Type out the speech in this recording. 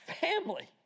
family